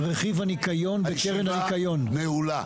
הישיבה נעולה.